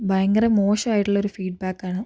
ഭയങ്കര മോശമായിട്ടുള്ളൊരു ഒരു ഫീഡ്ബാക്ക് ആണ്